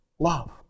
Love